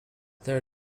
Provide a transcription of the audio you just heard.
there